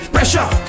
Pressure